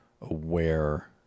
aware